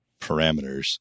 parameters